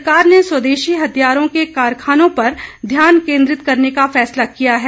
सरकार ने स्वदेशी हथियारों के कारखानों पर ध्यान केंद्रित करने का फैसला किया है